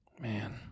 Man